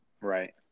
Right